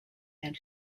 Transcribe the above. and